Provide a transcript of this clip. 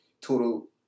total